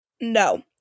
No